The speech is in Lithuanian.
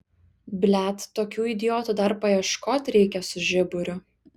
blet tokių idiotų dar paieškot reikia su žiburiu